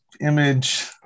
image